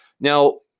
now,